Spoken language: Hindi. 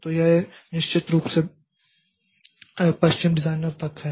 तो यह निश्चित रूप से पश्चिम डिजाइनर तक है